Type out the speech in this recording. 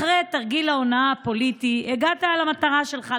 אחרי תרגיל ההונאה הפוליטי הגעת למטרה שלך,